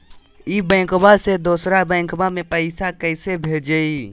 ई बैंकबा से दोसर बैंकबा में पैसा कैसे भेजिए?